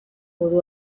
gudu